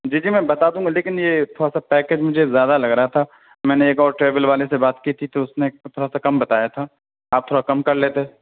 جی جی میں بتا دوں گا لیکن یہ تھوڑا سا پیکیج مجھے زیادہ لگ رہا تھا میں نے ایک اور ٹریول والے سے بات کی تھی تو اس نے تھوڑا سا کم بتایا تھا آپ تھوڑا کم کر لیتے